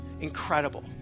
incredible